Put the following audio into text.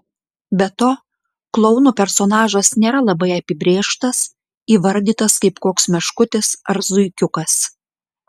be to klouno personažas nėra labai apibrėžtas įvardytas kaip koks meškutis ar zuikiukas